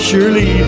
Surely